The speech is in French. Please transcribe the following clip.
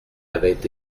avaient